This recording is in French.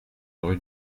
rue